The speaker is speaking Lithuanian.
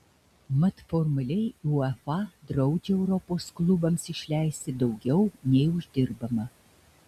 mat formaliai uefa draudžia europos klubams išleisti daugiau nei uždirbama